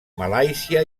malàisia